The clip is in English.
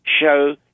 show